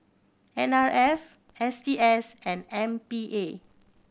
N R F S T S and M P A